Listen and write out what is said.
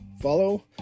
follow